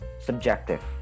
subjective